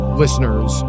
listeners